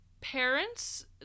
parents